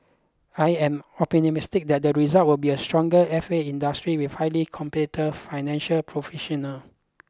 I am optimistic that the result will be a stronger F A industry with highly competive financial professional